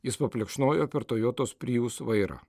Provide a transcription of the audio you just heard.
jis paplekšnojo per toyotos prijus vairą